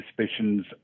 suspicions